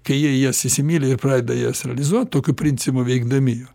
kai jie jas įsimyli ir pradeda jas realizuot tokiu principu veikdami